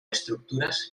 estructures